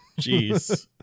Jeez